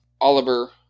Oliver